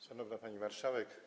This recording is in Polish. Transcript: Szanowna Pani Marszałek!